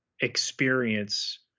experience